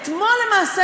אתמול למעשה,